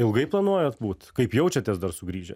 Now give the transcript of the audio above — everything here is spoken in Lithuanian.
ilgai planuojat būt kaip jaučiatės dar sugrįžę